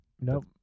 Nope